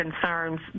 concerns